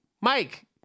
Mike